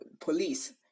police